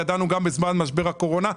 ידענו גם בזמן משבר הקורונה.